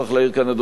אדוני היושב-ראש,